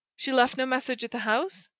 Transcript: she left no message at the house?